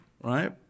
right